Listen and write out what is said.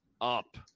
up